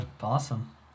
Awesome